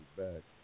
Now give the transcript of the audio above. back